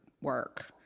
work